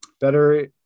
better